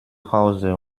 hause